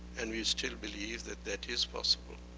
and we still believe that that is possible.